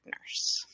nurse